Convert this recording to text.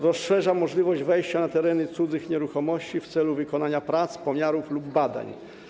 Rozszerza możliwość wejścia na tereny cudzych nieruchomości w celu wykonania prac, pomiarów lub badań.